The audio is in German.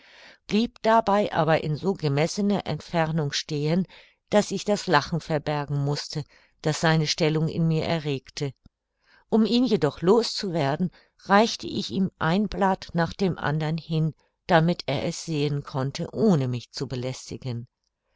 blieb dabei aber in so gemessener entfernung stehen daß ich das lachen verbergen mußte das seine stellung in mir erregte um ihn jedoch los zu werden reichte ich ihm ein blatt nach dem andern hin damit er es sehen konnte ohne mich zu belästigen